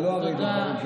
הרי זה לא בדברים, לא.